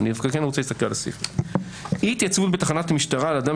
אני דווקא כן רוצה להסתכל על הסעיפים: אי התייצבות בתחנת משטרה לאדם